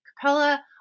Capella